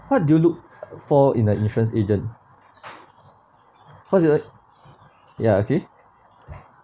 what do you look for in a insurance agent how's your like ya okay